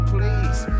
Please